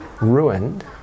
ruined